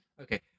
Okay